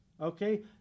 okay